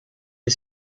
est